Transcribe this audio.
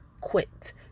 quit